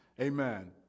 Amen